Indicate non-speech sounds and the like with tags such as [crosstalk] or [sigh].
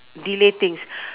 delay things [breath]